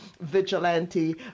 vigilante